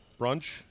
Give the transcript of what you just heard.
brunch